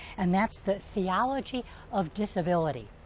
and that's the theology of disability.